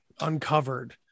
uncovered